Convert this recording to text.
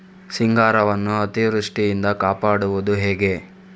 ಸಿಂಗಾರವನ್ನು ಅತೀವೃಷ್ಟಿಯಿಂದ ಕಾಪಾಡುವುದು ಹೇಗೆ?